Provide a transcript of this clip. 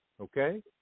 Okay